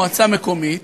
מועצה מקומית,